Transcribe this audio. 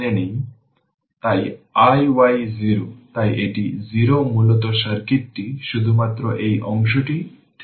সুতরাং iy 0 তাই এটি 0 মূলত সার্কিটটি শুধুমাত্র এই অংশটি থেকে যায়